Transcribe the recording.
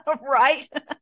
Right